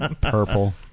Purple